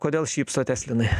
kodėl šypsotės linai